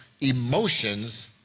emotions